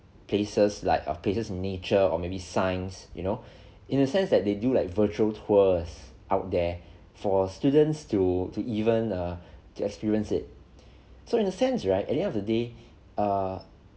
places like places of nature or maybe science you know in a sense that they do like virtual tours out there for students to to even err to experience it so in a sense right at the end of the day err